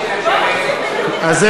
מה עם החרדים לכלא?